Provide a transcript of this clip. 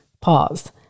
pause